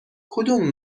کدوم